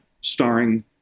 starring